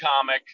comic